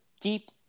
deep